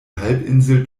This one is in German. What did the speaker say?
halbinsel